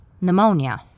Pneumonia